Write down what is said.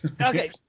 Okay